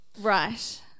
Right